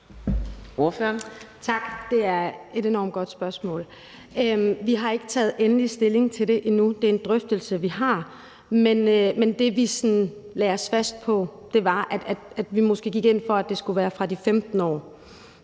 Tak. Det er et enormt godt spørgsmål. Vi har ikke taget endelig stilling til det endnu. Det er en drøftelse, vi har, men det, vi sådan lagde os fast på, var, at vi måske gik ind for, at det skulle være fra 15 år.